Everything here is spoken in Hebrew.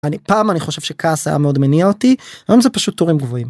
אני, פעם אני חושב שכעס היה מאוד מניע אותי, היום זה פשוט טורים גבוהים.